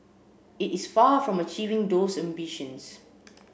it is far from achieving those ambitions